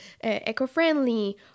eco-friendly